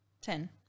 Ten